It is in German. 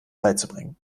beizubringen